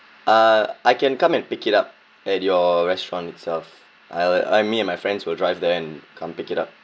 uh I can come and pick it up at your restaurant itself I'll I'm me and my friends will drive there and come pick it up